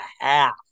half